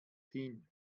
hin